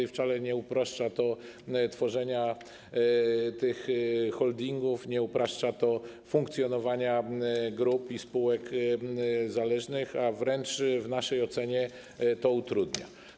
I wcale nie upraszcza to tworzenia tych holdingów, nie upraszcza to funkcjonowania grup i spółek zależnych, a wręcz w naszej ocenie to utrudnia.